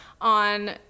on